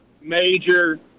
Major